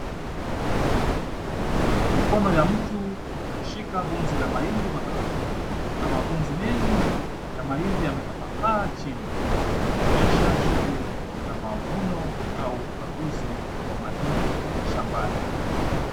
Mikono ya mtu inashika gunzi la mahindi makavu. Kuna magunzi mengi ya mahindi yametapakaa chini. Kunaonyesha shughuli za mavuno au ukaguzi ya mahindi shambani.